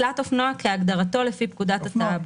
תלת אופנוע כבר אין.